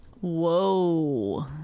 Whoa